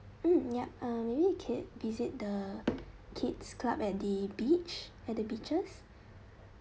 mm yup um may be you can visit the kids club at the beach at the beaches